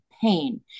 pain